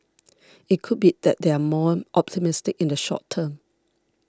it could be that they're more optimistic in the short term